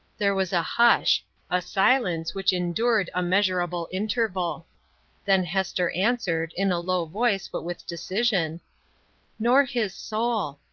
there was a hush a silence which endured a measurable interval then hester answered, in a low voice, but with decision nor his soul?